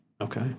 okay